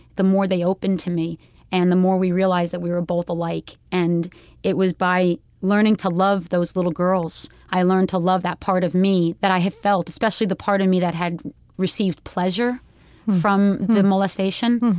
the more they opened to me and the more we realized that we were both alike. and it was by learning to love those little girls, i learned to love that part of me that i had felt, especially the part of me that had received pleasure from the molestation,